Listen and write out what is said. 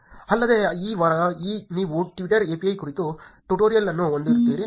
ಅಲ್ಲದೆ ಈ ವಾರ ನೀವು Twitter API ಕುರಿತು ಟ್ಯುಟೋರಿಯಲ್ ಅನ್ನು ಹೊಂದಿರುತ್ತೀರಿ